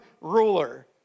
ruler